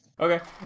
Okay